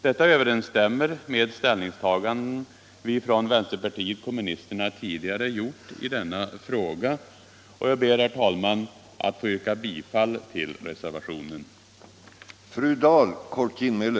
Detta överensstämmer med ställningstaganden vi från vänsterpartiet kommunisterna tidigare gjort i denna fråga, och jag ber att få yrka bifall till reservationen 3.